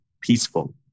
peaceful